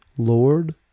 Lord